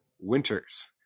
Winters